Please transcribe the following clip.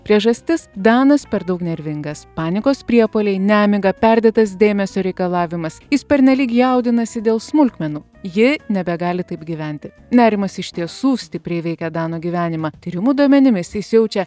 priežastis danas per daug nervingas panikos priepuoliai nemiga perdėtas dėmesio reikalavimas jis pernelyg jaudinasi dėl smulkmenų ji nebegali taip gyventi nerimas iš tiesų stipriai veikia dano gyvenimą tyrimų duomenimis jis jaučia